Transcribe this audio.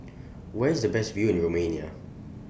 Where IS The Best View in Romania